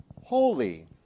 holy